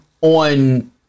on